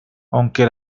aunque